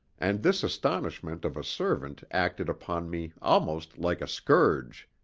and this astonishment of a servant acted upon me almost like a scourge.